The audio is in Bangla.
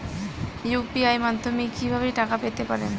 ইউ.পি.আই মাধ্যমে কি ভাবে টাকা পেতে পারেন?